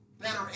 better